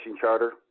charter